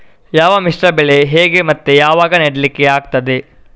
ಯಾವ ಮಿಶ್ರ ಬೆಳೆ ಹೇಗೆ ಮತ್ತೆ ಯಾವಾಗ ನೆಡ್ಲಿಕ್ಕೆ ಆಗ್ತದೆ?